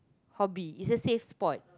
hobby is the safe spot